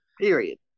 period